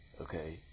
Okay